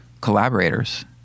collaborators